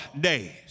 days